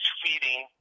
feeding